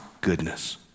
goodness